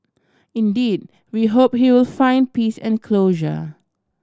indeed we hope he will find peace and closure